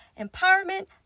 empowerment